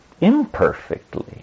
imperfectly